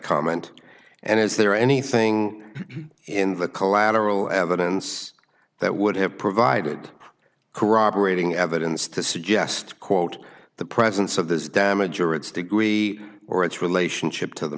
comment and is there anything in the collateral evidence that would have provided corroborating evidence to suggest quote the presence of this damage or its degree or its relationship to the